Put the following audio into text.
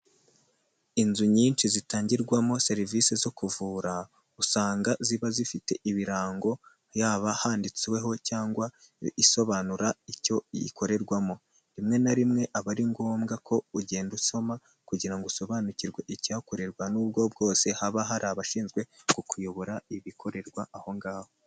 Inzu nyinshi zitangirwamo serivisi zo kuvura, usanga ziba zifite ibirango yaba handitsweho cyangwa isobanura icyo ikorerwamo, rimwe na rimwe aba ari ngombwa ko ugenda usoma kugira ngo usobanukirwe ikihakorerwa n'ubwo bwose haba hari abashinzwe kukuyobora ibikorerwa aho ngaho.